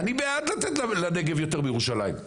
אני בעד לתת לנגב יותר מירושלים,